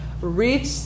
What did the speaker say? reach